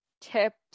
tips